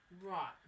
Right